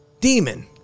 demon